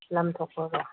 ꯂꯝ ꯊꯣꯛꯄꯒ